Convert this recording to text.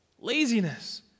Laziness